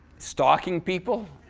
stalking people?